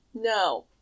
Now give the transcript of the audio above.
No